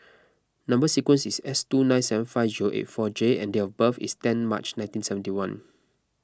Number Sequence is S two nine seven five zero eight four J and date of birth is ten March nineteen seventy one